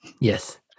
Yes